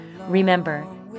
Remember